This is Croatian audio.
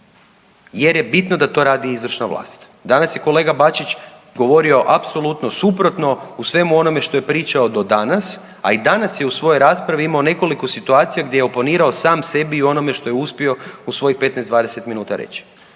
jer je bitno da to radi izvršna vlast. Danas je kolega Bačić govorio apsolutno suprotno u svemu onome što je pričao do danas, a i danas je u svojoj raspravi imao nekoliko situacija gdje je oponirao sam sebi i onome što je uspio u svojih 15, 20 minuta reći